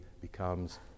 becomes